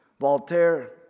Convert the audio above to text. Voltaire